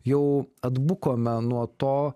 jau atbukome nuo to